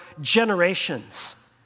generations